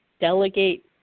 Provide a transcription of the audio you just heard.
delegate